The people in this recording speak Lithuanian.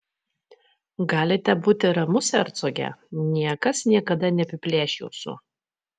galite būti ramus hercoge niekas niekada neapiplėš jūsų